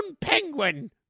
penguin